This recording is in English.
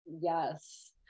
Yes